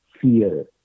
fear